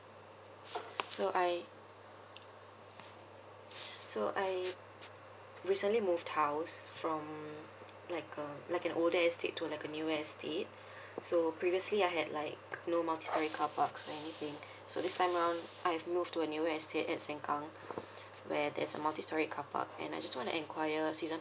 so I so I recently moved house from like uh like an older estate to like a newer estate so previously I had like no multi storey carparks or anything so this time around I have moved to a newer estate at sengkang where there's a multi storey carpark and I just want to inquire season